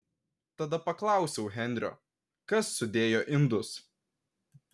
tada paklausiau henrio kas sudėjo indus